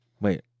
Wait